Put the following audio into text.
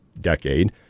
decade